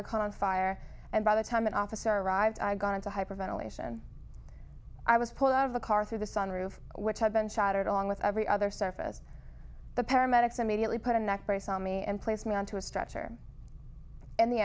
caught on fire and by the time an officer arrived i'd gone into hyperventilation i was pulled out of the car through the sunroof which had been shattered along with every other surface the paramedics immediately put a neck brace on me and placed me onto a stretcher in the